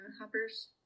hoppers